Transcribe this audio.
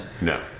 No